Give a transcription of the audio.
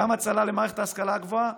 גם הצלה למערכת ההשכלה הגבוהה,